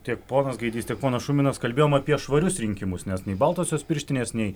tiek ponas gaidys tiek ponas šuminas kalbėjom apie švarius rinkimus nes nei baltosios pirštinės nei